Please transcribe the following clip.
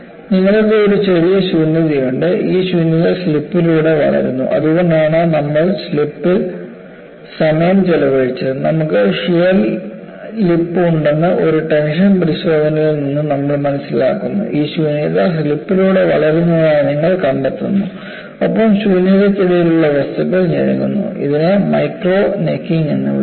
നിങ്ങൾക്കു ഈ ചെറിയ ശൂന്യതയുണ്ട് ഈ ശൂന്യത സ്ലിപ്പിലൂടെ വളരുന്നു അതുകൊണ്ടാണ് നമ്മൾ സ്ലിപ്പിൽ സമയം ചെലവഴിച്ചത് നമുക്ക് ഷിയർ ലിപ്പ് ഉണ്ടെന്ന് ഒരു ടെൻഷൻ പരിശോധനയിൽ നിന്ന് നമ്മൾ മനസ്സിലാക്കി ഈ ശൂന്യത സ്ലിപ്പിലൂടെ വളരുന്നതായി നിങ്ങൾ കണ്ടെത്തുന്നു ഒപ്പം ശൂന്യതയ്ക്കിടയിലുള്ള വസ്തുക്കൾ ഞെരുങ്ങുന്നു ഇതിനെ മൈക്രോ നെക്കിംഗ് എന്ന് വിളിക്കുന്നു